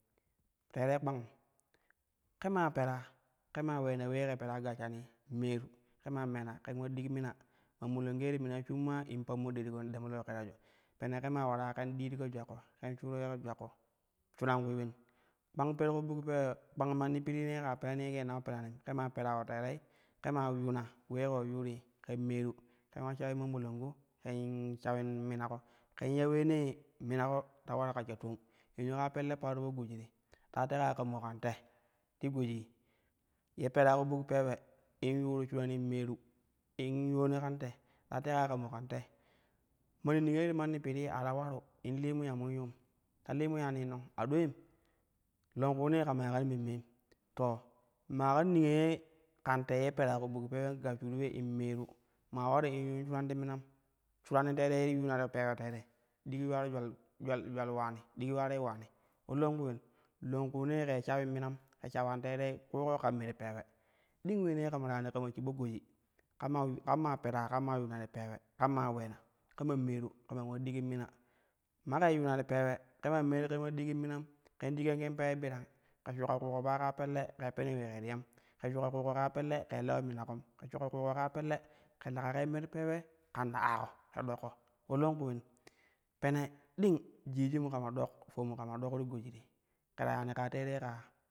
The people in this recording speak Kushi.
Teerei kpangum, ke maa pera ƙe maa uleena ulee ƙe perai gashshanii, meeru ke maa meena ƙen ma dik mina, ma molonko ye ti minai shun maa in pammo dariko in ɗemlo po kiraju pene maa ulare ken diiriko julalko ken shuur uleeko jiualke, shuran kulii ulen, kpang per ku buk peewe, kpang manni pirinne ka pirani ye ke nau peranim ƙe maa pera po teerei ƙe maa yuuna ulee ke po yuurui ken meeru keu ula shawin mamolonko ƙen shawin minako, ken ya uleenee minako ta ulam ka sha toom yanʒu ƙaa pelle paro po goji te ɗa teka ya ƙamo ƙen te ti gojii ye pera ku buk peewee in yuuni shuran in meem in yoni ƙa̱n te, ɗa teka ya kamo ƙan te manni niyoi ti manni piri a ta ulani in lil mu ya mun yum ta lii mu yaanii nong a ɗoulem longkuunee kamai kan memmeim te maa ka niyo ye ƙan te ye pera ku buk peewe in gashshuna ule in meeni, maa ularu in yuun shuran ti minam, shuranno te teere ye yuuna ti peewe tere digi yuwa jwal julal-julal ulaani digi yuwarei ulaani, ulo longku ulen longkuunee ke shawin minam ke shawan tere kuuko kan me ti pewe ɗing uleene kama ya yani kama shibla goji kama yu-kammaa pera kam maa yuna ti peewe kam maa uleena ka man meeru kaman ula ɗigin mima make yuuna ti peewe ƙe maa meeni ken ula ɗigin minam, ƙen ɗigan ƙen peeewe birang ke shuka ƙuuƙo pa ƙaa pelle ke peni ulee ti ya, ke shuka ƙuuƙa ka pelle ƙe lewo mima kom ƙe shuka ƙuuƙu ƙaa pelle ƙe leka ƙei me ti peewe ƙan ta aaƙo ƙe ɗoƙƙo ulo longku ulen pene ding jijimu ƙama ɗok femu ƙama ɗok ti goji te ke ta yani ƙaa teerri ƙa ya.